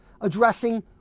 addressing